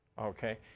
okay